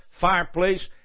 fireplace